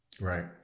Right